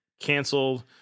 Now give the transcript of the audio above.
canceled